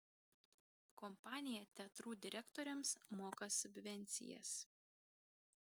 kompanija teatrų direktoriams moka subvencijas